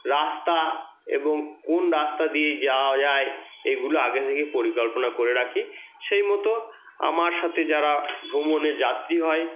রাস্তা এবং কোন রাস্তা দিয়ে যাওয়া যায় এগুলো আগে থেকে পরিকল্পনা করে রাখি সেই মতো আমার সাথে যারা ভ্রমণে যাত্রী হয়